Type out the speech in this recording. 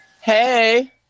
Hey